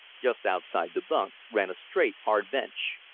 just outside the bunks ran a straight hard bench.